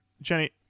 Jenny